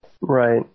Right